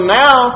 now